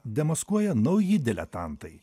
demaskuoja nauji diletantai